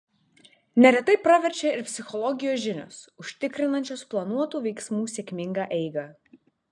neretai praverčia ir psichologijos žinios užtikrinančios planuotų veiksmų sėkmingą eigą